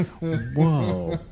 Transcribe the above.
Whoa